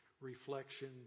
reflection